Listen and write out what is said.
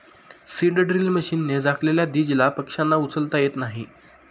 seed drill मशीनने झाकलेल्या दीजला पक्ष्यांना उचलता येत नाही